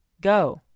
Go